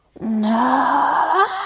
No